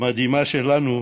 המדהימה שלנו,